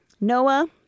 Noah